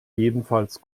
jedenfalls